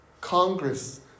Congress